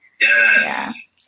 Yes